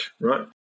Right